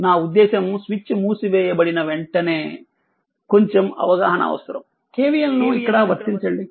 నా ఉద్దేశ్యం స్విచ్ మూసివేయబడిన వెంటనే కొంచెం అవగాహన అవసరం KVL ను ఇక్కడ వర్తించండి